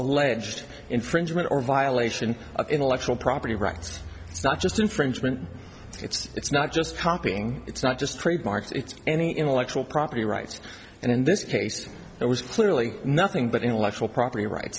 alleged infringement or violation of intellectual property rights it's not just infringement it's not just copying it's not just trademarks it's any intellectual property rights and in this case it was clearly nothing but intellectual property right